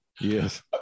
Yes